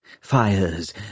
Fires